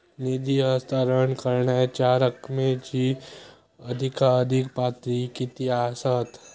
निधी हस्तांतरण करण्यांच्या रकमेची अधिकाधिक पातळी किती असात?